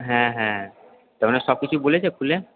হ্যাঁ হ্যাঁ সবকিছু বলেছে খুলে